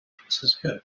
francisco